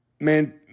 Man